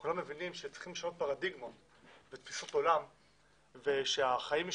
כולם מבינים שצריך לשנות פרדיגמות ותפיסות עולם ושהחיים משתנים.